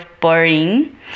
boring